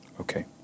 Okay